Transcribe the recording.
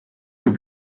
зөв